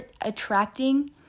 attracting